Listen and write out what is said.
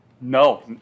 No